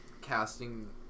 casting